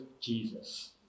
Jesus